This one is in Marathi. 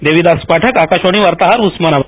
देविदास पाठक आकाशवाणी वार्ताहर उस्मानाबाद